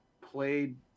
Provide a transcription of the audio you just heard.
played